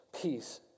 peace